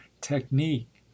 technique